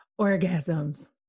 Orgasms